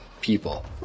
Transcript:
people